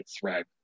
thread